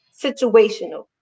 situational